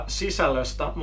sisällöstä